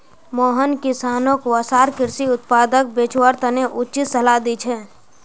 मोहन किसानोंक वसार कृषि उत्पादक बेचवार तने उचित सलाह दी छे